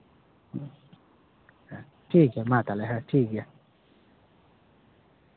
ᱴᱷᱤᱠᱜᱮᱭᱟ ᱢᱟ ᱛᱟᱦᱞᱮ ᱦᱮᱸ ᱴᱷᱤᱠᱜᱮᱭᱟ